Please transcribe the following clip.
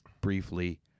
briefly